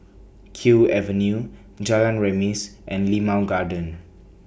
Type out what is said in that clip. Kew Avenue Jalan Remis and Limau Garden